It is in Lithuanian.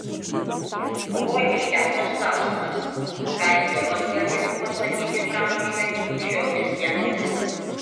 buvo iškeltas klausimas ką dievas galėtų pasakyti pranašui šiomis dienomis